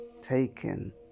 Taken